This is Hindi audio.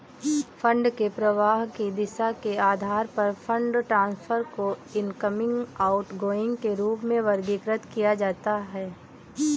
फंड के प्रवाह की दिशा के आधार पर फंड ट्रांसफर को इनकमिंग, आउटगोइंग के रूप में वर्गीकृत किया जाता है